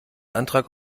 antrag